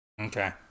Okay